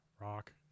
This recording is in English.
rock